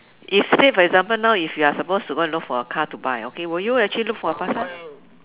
if say for example now if you are suppose to go and look for a car to buy okay would you actually look for a Passat